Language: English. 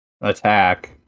attack